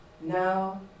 Now